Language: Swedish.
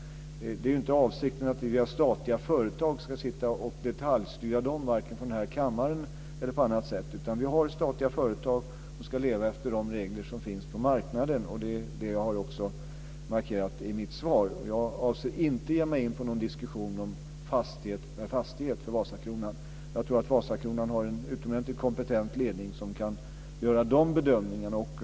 Det är inte avsikten att vi ska detaljstyra statliga företag varken från den här kammaren eller på annat sätt, utan vi har statliga företag som ska leva efter de regler som finns på marknaden. Det är det jag har markerat i mitt svar. Jag avser inte att ge mig in på någon diskussion om fastighet för fastighet i Vasakronan. Jag tror att Vasakronan har en utomordentligt kompetent ledning, som kan göra de bedömningarna.